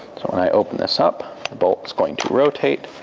so when i open this up, the bolt is going to rotate,